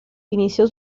inició